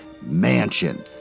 mansion